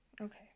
Okay